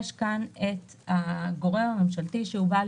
יש כאן את הגורם הממשלתי שהוא בעל